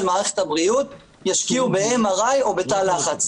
מערכת הבריאות ישקיעו ב-MRI או בתא לחץ.